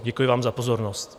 Děkuji vám za pozornost.